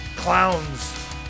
Clowns